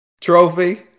trophy